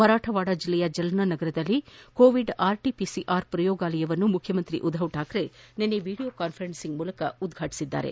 ಮರಾಠವಾದದ ಜಲ್ನಾ ನಗರದಲ್ಲಿ COVID RTPCR ಪ್ರಯೋಗಾಲಯವನ್ನು ಮುಖ್ಯಮಂತ್ರಿ ಉಧವ್ ಠಾಕ್ರೆ ನಿನ್ನೆ ವಿಡಿಯೋ ಕಾನ್ವರೆನ್ಸಿಂಗ್ ಮೂಲಕ ಉದ್ವಾಟಿಸಿದರು